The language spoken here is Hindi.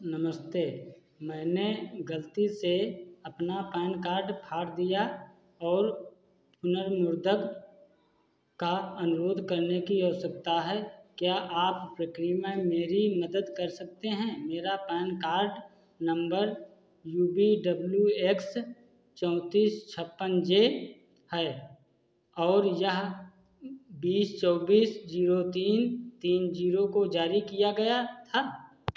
नमस्ते मैंने गलती से अपना पैन कार्ड फाड़ दिया और पुनर्मुद्रण का अनुरोध करने की आवश्यकता है क्या आप प्रक्रिया में मेरी मदद कर सकते हैं मेरा PAN card number U V W X चौंतीस छप्पन जे है और यह बीस चौबीस जीरो तीन तीन जीरो को जारी किया गया था